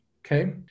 Okay